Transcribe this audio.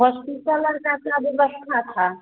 hospital में कैसा व्यबस्था था